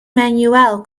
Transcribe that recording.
manuel